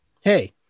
hey